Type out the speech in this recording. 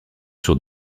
sur